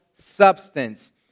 substance